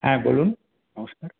হ্যাঁ বলুন নমস্কার